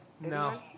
no